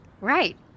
Right